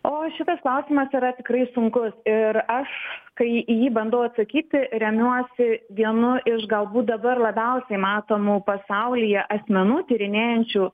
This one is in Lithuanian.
o šitas klausimas yra tikrai sunkus ir aš kai į jį bandau atsakyti remiuosi vienu iš galbūt dabar labiausiai matomų pasaulyje asmenų tyrinėjančių